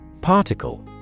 Particle